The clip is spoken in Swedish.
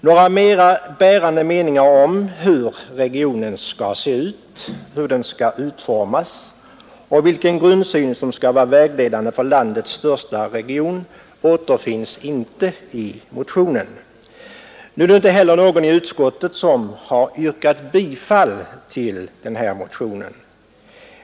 Några mera bärande meningar om hur regionen skall se ut, hur den skall utformas och vilken grundsyn som skall vara vägledande för landets största region återfinns inte i motionen. Nu är det inte heller någon i utskottet som har yrkat bifall till motionen.